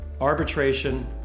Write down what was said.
arbitration